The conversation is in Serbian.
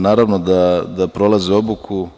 Naravno da prolaze obuku.